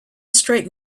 straight